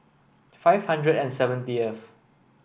five hundred and seventieth